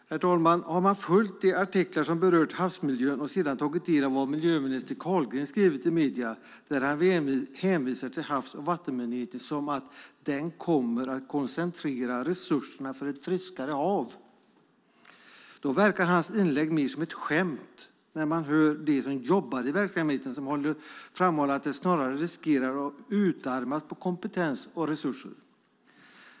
Herr talman! Om man har följt de artiklar som berört havsmiljön och sedan tagit del av vad miljöminister Carlgren har skrivit i medierna där han hänvisar till Havs och vattenmyndigheten som att den "kommer att koncentrera resurserna för ett friskare hav" verkar hans inlägg mer som ett skämt när man hör dem som jobbar i verksamheten framhålla att den snarare riskerar att utarmas på kompetens och resurser.